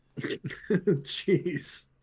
Jeez